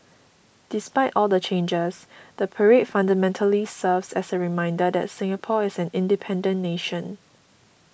despite all the changes the parade fundamentally serves as a reminder that Singapore is an independent nation